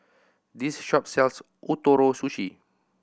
this shop sells Ootoro Sushi